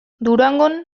durangon